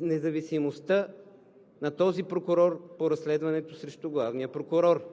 независимостта на този прокурор по разследването срещу главния прокурор.